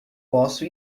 posso